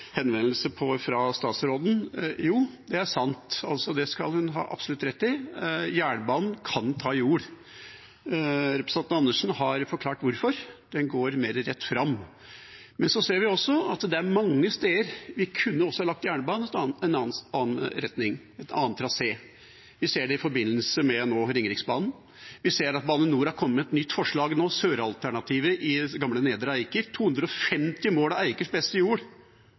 henvendelse om fra statsråden. Jo, det er sant, det skal hun absolutt ha rett i, at jernbanen kan ta jord. Representanten Andersen har forklart hvorfor: Den går mer rett fram. Men vi ser også at det er mange steder vi kunne lagt jernbanen i en annen trasé. Vi ser det nå i forbindelse med Ringeriksbanen. Vi ser at Bane NOR har kommet med et nytt forslag, sør-alternativet i gamle nedre Eiker, og 250 mål av Eikers beste jord